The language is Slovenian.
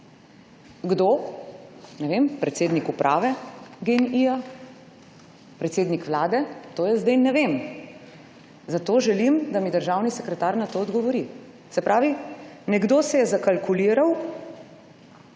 Kdo? Ne vem. Predsednik uprave Gen-I, predsednik vlade? Tega jaz ne vem, zato želim, da mi državni sekretar na to odgovori. Ali se je nekdo zakalkuliral,